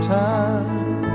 time